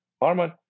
Armand